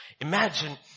Imagine